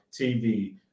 TV